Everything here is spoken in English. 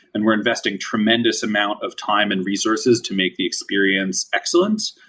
and we're investing tremendous amount of time and resources to make the experience excellent.